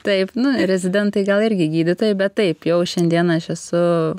taip nu rezidentai gal irgi gydytojai bet taip jau šiandien aš esu